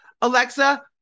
Alexa